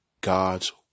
God's